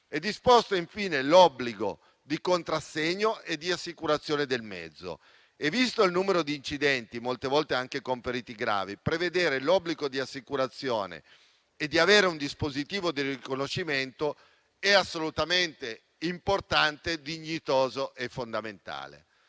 È disposto infine l'obbligo di contrassegno e di assicurazione del mezzo. Visto il numero di incidenti, molte volte anche con feriti gravi, prevedere l'obbligo di assicurazione e quello di avere un dispositivo di riconoscimento è assolutamente importante, dignitoso e fondamentale.